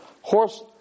Horse